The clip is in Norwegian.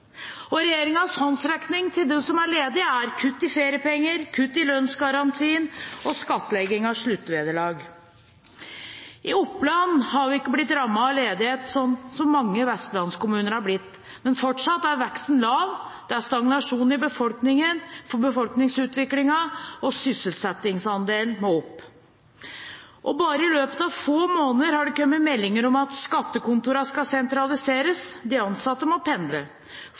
håndsrekning til dem som er ledige, er kutt i feriepenger, kutt i lønnsgarantien og skattlegging av sluttvederlag. I Oppland har vi ikke blitt rammet av den ledigheten som så mange Vestlands-kommuner har blitt, men fortsatt er veksten lav, det er stagnasjon i befolkningen, for befolkningsutviklingen, og sysselsettingsandelen må opp. Bare i løpet av få måneder har det kommet meldinger om at skattekontorene skal sentraliseres, de ansatte må pendle,